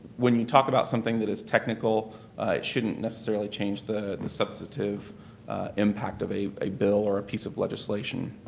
when you talk about something that is technical, it shouldn't necessarily change the substantive impact of a a bill or a piece of legislation.